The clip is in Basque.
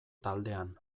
taldean